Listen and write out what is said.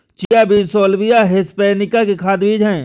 chia बीज Salvia hispanica के खाद्य बीज हैं